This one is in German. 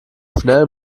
schnell